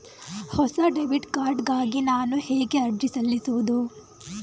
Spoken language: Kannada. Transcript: ಹೊಸ ಡೆಬಿಟ್ ಕಾರ್ಡ್ ಗಾಗಿ ನಾನು ಹೇಗೆ ಅರ್ಜಿ ಸಲ್ಲಿಸುವುದು?